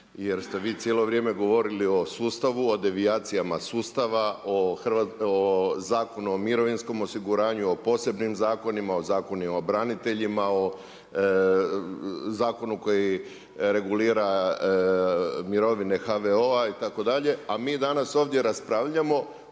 jer ste vi cijelo vrijeme govorili o sustavu, o devijacijama sustava, o zakonom o mirovinskom osiguranju, o posebnim zakonima, o Zakonima o braniteljima, o zakonu koji regulira mirovine HVO-a itd., a mi danas ovdje raspravljamo